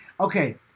Okay